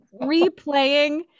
replaying